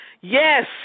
Yes